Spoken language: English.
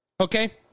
Okay